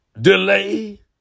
delay